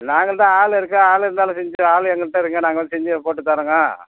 நாங்கள் தான் ஆள் இருக்குது ஆள் இருந்தாலும் செஞ்சு ஆள் எங்கள்கிட்ட இருக்குங்க நாங்கள் வந்து செஞ்சு போட்டுத் தர்றோங்க